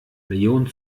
millionen